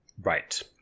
Right